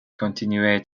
continuer